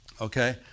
Okay